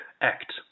Act